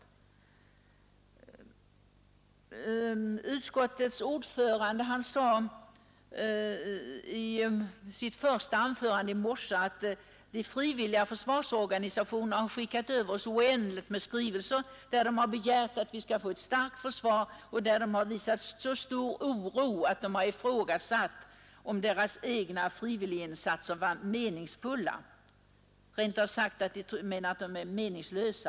Utskottets ordförande sade i sitt första anförande i morse, att de frivilliga försvarsorganisationerna gjort en rad uttalanden, i vilka de begärt ett starkt försvar och visat så stor oro inför dagens beslut att de ifrågasatt om deras egna frivilliga insatser var meningsfulla. Rent ut sagt menade de, att insatserna var meningslösa.